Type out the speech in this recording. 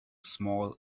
small